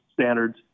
standards